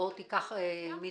אור, תיקח משם.